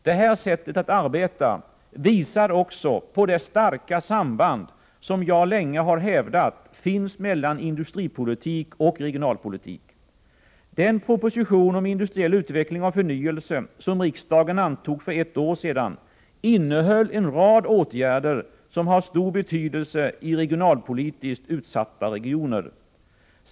Det här sättet att arbeta visar också på det starka samband som jag länge har hävdat finns mellan industripolitik och regionalpolitik. Den proposition om industriell utveckling och förnyelse som riksdagen antog för ett år sedan innehöll en rad åtgärder som har stor betydelse i regionalpolitiskt utsatta regioner.